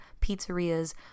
pizzerias